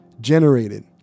Generated